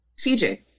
CJ